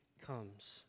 comes